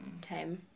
time